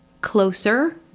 closer